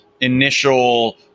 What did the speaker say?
initial